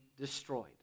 destroyed